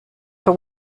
for